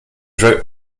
drug